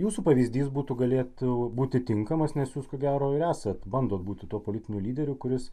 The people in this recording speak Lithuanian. jūsų pavyzdys būtų galėtų būti tinkamas nes jūs ko gero ir esat bando būti tuo politiniu lyderiu kuris